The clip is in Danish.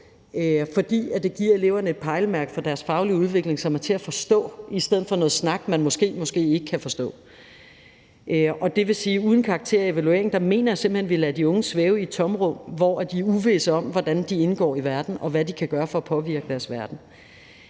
For det giver eleverne et pejlemærke for deres faglige udvikling, som er til at forstå, i stedet for noget snak, man måske, måske ikke kan forstå. Uden karakterer og evaluering mener jeg simpelt hen at vi lader de unge svæve i et tomrum, hvor de er usikre på, hvordan de indgår i verden, og hvad de kan gøre for at påvirke deres verden.